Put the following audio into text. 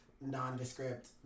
nondescript